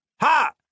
Ha